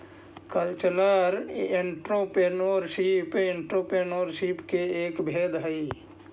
cultural entrepreneurship entrepreneurship के एक भेद हई